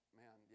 man